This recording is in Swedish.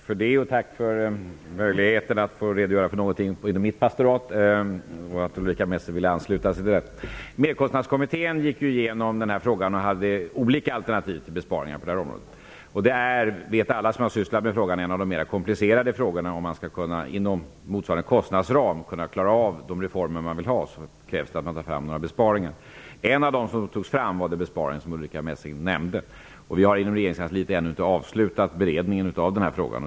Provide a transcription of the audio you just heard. Fru talman! Tack för möjligheten att få redogöra för något inom mitt pastorat och att Ulrica Messing ville ansluta sig till det. Merkostnadskommittén gick igenom denna fråga och hade olika alternativ till besparingar. Alla som sysslat med frågan vet att det är komplicerat att inom motsvarande kostnadsram klara av de reformer man vill ha. Det kräver möjligheter till besparingar. En av de besparingsmöjligheter man föreslog var den som Ulrica Messing nämnde. Inom regeringskansliet har vi ännu inte avslutat beredningen av frågan.